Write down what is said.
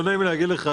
לא נעים לי להגיד לך,